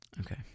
Okay